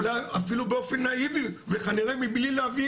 אולי אפילו באופן נאיבי וכנראה מבלי להבין